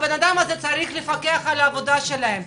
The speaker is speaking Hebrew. הבן אדם הזה צריך לפקח על העבודה שלהם,